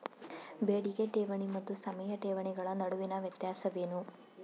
ಬೇಡಿಕೆ ಠೇವಣಿ ಮತ್ತು ಸಮಯ ಠೇವಣಿಗಳ ನಡುವಿನ ವ್ಯತ್ಯಾಸವೇನು?